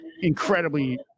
incredibly